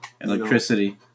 Electricity